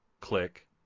Click